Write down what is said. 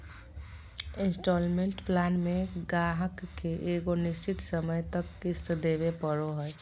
instalment plan मे गाहक के एगो निश्चित समय तक किश्त देवे पड़ो हय